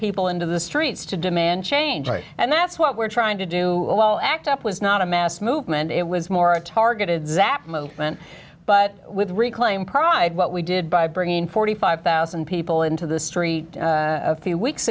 people into the streets to demand change and that's what we're trying to do well act up was not a mass movement it was more a targeted zapp movement but with reclaim pride what we did by bringing forty five thousand people into the story a few weeks